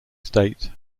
state